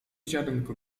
ziarnko